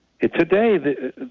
Today